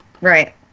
right